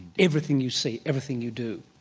everything you see, everything you do'.